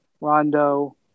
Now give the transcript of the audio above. rondo